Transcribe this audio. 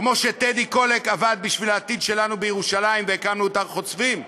כמו שטדי קולק עבד בשביל העתיד שלנו בירושלים והקמנו את הר-חוצבים,